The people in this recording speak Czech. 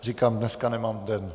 Říkám, dneska nemám den.